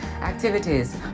activities